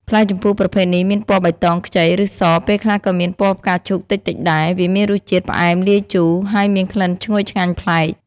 ផ្លែជម្ពូប្រភេទនេះមានពណ៌បៃតងខ្ចី ឬ ស ពេលខ្លះក៏មានពណ៌ផ្កាឈូកតិចៗដែរ វាមានរសជាតិផ្អែមលាយជូរ ហើយមានក្លិនឈ្ងុយឆ្ងាញ់ប្លែក។